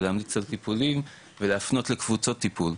ולהמליץ על טיפולים ולהפנות לקבוצות טיפול,